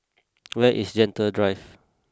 where is Gentle Drive